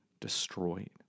destroyed